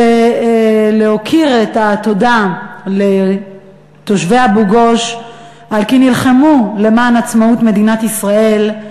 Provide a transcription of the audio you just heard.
להכיר תודה לתושבי אבו-גוש על כי נלחמו למען עצמאות מדינת ישראל.